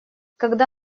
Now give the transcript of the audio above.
когда